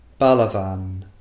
Balavan